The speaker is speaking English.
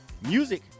music